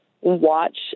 watch